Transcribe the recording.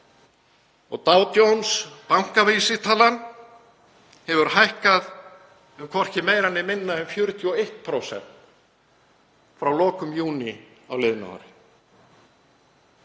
Dow Jones bankavísitalan hefur hækkað um hvorki meira né minna en 41% frá lokum júní á liðnu ári.